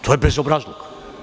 To je bezobrazluk.